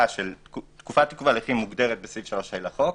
תקופת ההליכים מוגדרת בסעיף 3ה לחוק,